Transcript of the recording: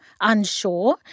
unsure